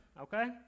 okay